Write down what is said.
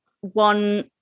one